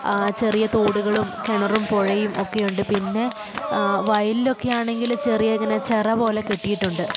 ചെറിയ തോടുകളും കിണറും പുഴയും ഒക്കെയുണ്ട് പിന്നെ വയലിലൊക്കെ ആണെങ്കിൽ ചെറിയ ഇങ്ങനെ ചിറ പോലെ കെട്ടിയിട്ടുണ്ട്